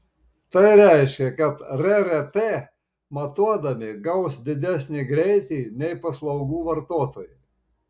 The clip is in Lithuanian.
tai reiškia kad rrt matuodami gaus didesnį greitį nei paslaugų vartotojai